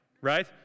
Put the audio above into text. right